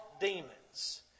demons